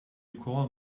call